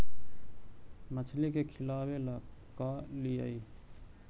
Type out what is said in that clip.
मछली के खिलाबे ल का लिअइ?